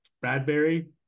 Bradbury